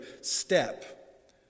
step